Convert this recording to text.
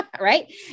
Right